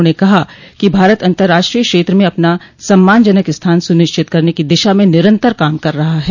उन्होंने कहा कि भारत अंतराष्ट्रीय क्षेत्र में अपना सम्मानजनक स्थान सुनिश्चित करने की दिशा में निरन्तर काम कर रहा है